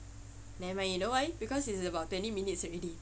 nevermind you know why because it's about twenty minutes already